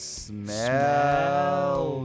smell